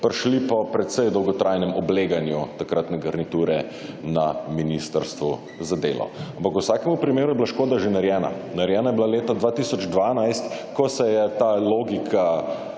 prišli po precej dolgotrajnem obleganju takratne garniture na Ministrstvu za delo. Ampak v vsakemu primeru je bila škoda že narejena. Narejena je bila leta 2012, ko se je ta logika